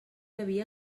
havia